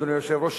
אדוני היושב-ראש,